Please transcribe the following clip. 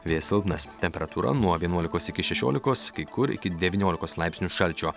vėjas silpnas temperatūra nuo vienuolikos iki šešiolikos kai kur iki devyniolikos laipsnių šalčio